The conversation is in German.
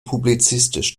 publizistisch